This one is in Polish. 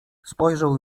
spojrzał